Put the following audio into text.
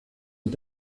und